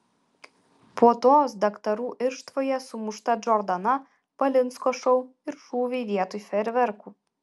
puotos daktarų irštvoje sumušta džordana valinsko šou ir šūviai vietoj fejerverkų